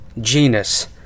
Genus